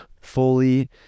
fully